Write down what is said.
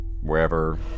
wherever